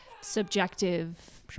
subjective